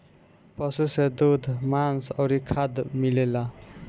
पशु से दूध, मांस अउरी खाद मिलेला